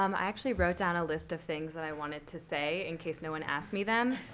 um i actually wrote down a list of things that i wanted to say in case no one asked me them.